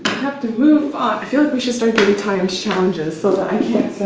have to move on. i feel like we should start giving time to challenges so that i can't